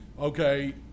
okay